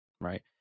right